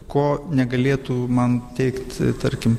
ko negalėtų man teikt tarkim